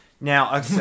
Now